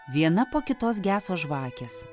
viena po kitos geso žvakės